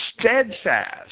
steadfast